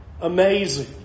Amazing